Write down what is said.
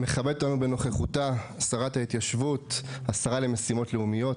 מכבדת אותנו בנוכחותה השרה להתיישבות ומשימות לאומיות,